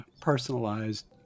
personalized